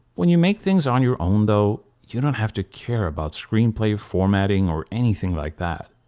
when you make things on your own though, you don't have to care about screenplay formatting or anything like that.